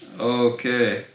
Okay